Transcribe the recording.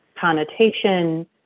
connotation